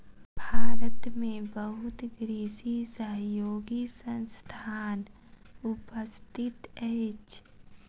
भारत में बहुत कृषि सहयोगी संस्थान उपस्थित अछि